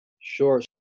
Sure